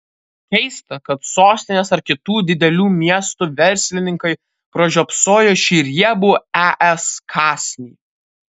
keista kad sostinės ar kitų didelių miestų verslininkai pražiopsojo šį riebų es kąsnį